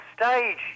stage